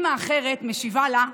אימא אחרת משיבה לה: